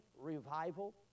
revival